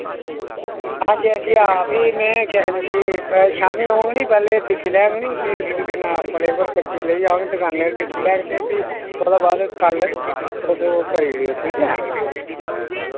हांजी हांजी हां फ्ही में केह् आखदे इस्सी शाम्मीं औंङ निं पैह्लें दिक्खी लैंङ निं फ्ही केह् नां फ्लेवर बच्चे लेई औङ दकाने पर दिक्खी लैंङ ते फ्ही ओह्दे बाद कल तुस ओ करी ओड़ेओ ठीक ऐ